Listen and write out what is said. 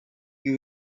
you